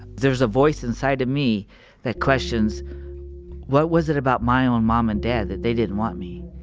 there's a voice inside of me that questions what was it about my own mom and dad that they didn't want me.